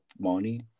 money